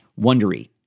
wondery